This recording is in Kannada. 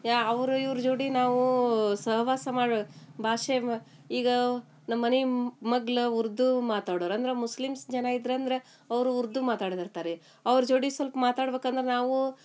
ಯಾ ಅವರು ಇವ್ರ ಜೋಡಿ ನಾವೂ ಸಹವಾಸ ಮಾಡ್ಬೇಕ್ ಭಾಷೆ ಮ ಈಗ ನಮ್ಮ ಮನೆ ಮಗ್ಳ್ ಉರ್ದು ಮಾತಾಡೋರು ಅಂದ್ರೆ ಮುಸ್ಲಿಮ್ಸ್ ಜನ ಇದ್ರು ಅಂದ್ರೆ ಅವರು ಉರ್ದು ಮಾತಾಡದಿರ್ತಾರೆ ರೀ ಅವ್ರ ಜೋಡಿ ಸ್ವಲ್ಪ ಮಾತಾಡ್ಬೇಕಂದ್ರ್ ನಾವೂ